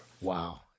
Wow